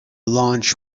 launch